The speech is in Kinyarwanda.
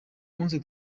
munsi